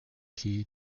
key